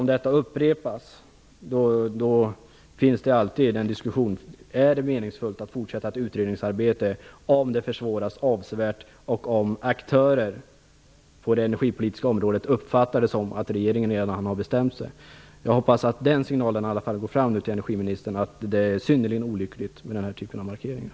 Om detta upprepas uppkommer frågan: Är det meningsfullt att fortsätta ett utredningsarbete om det försvåras avsevärt och om aktörer på det energipolitiska området uppfattar det som att regeringen redan har bestämt sig? Jag hoppas att den signalen i alla fall nu går fram till energiministern, att det är synnerligen olyckligt med den här typen av markeringar.